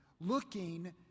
looking